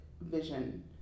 vision